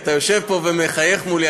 אתה יושב פה ומחייך מולי,